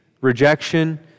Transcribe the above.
rejection